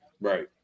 Right